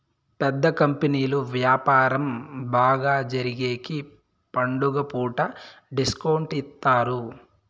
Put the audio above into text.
పెద్ద కంపెనీలు వ్యాపారం బాగా జరిగేగికి పండుగ పూట డిస్కౌంట్ ఇత్తారు